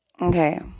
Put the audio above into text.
Okay